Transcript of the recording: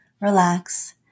relax